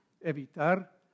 evitar